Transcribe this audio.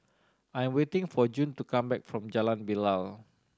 I'm waiting for June to come back from Jalan Bilal